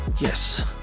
Yes